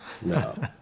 no